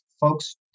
folks